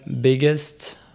biggest